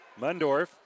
Mundorf